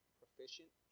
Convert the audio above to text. proficient